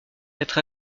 être